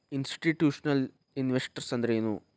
Institutional investors ಅಂದ್ರೇನು?